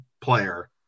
player